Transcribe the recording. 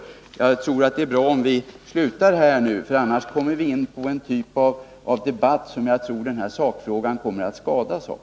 Jag tror att det är bra om vi slutar debatten nu. Annars kommer vi in på en typ av debatt som jag tror att sakfrågan kommer att skadas av.